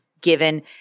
given